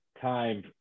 time